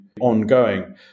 ongoing